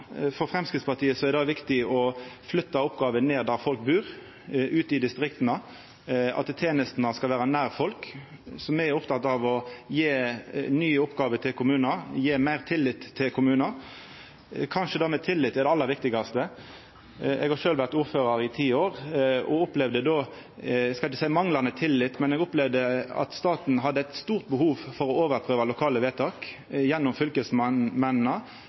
For Framstegspartiet er det viktig å flytta oppgåver ned til der folk bur ute i distrikta. Tenestene skal vera nær folk. Me er opptekne av å gje nye oppgåver og meir tillit til kommunar. Kanskje tillit er det aller viktigaste. Eg har sjølv vore ordførar i ti år og opplevde då – eg skal ikkje seia manglande tillit, men at staten hadde eit stort behov for å overprøva lokale vedtak gjennom